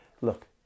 look